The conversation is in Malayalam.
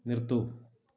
നിർത്തൂ